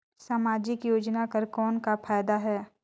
समाजिक योजना कर कौन का फायदा है?